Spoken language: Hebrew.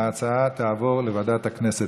ההצעה תעבור לוועדת הכנסת.